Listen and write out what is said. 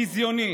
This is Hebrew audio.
ביזיוני,